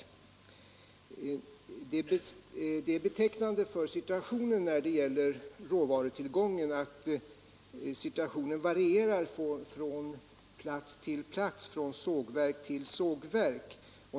Det är betecknande för situationen när det gäller råvarutillgången att den varierar från plats till plats och från sågverk till sågverk.